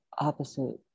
opposite